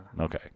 Okay